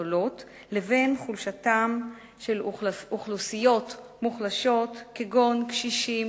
הגדולות לבין חולשתן של אוכלוסיות מוחלשות כגון קשישים,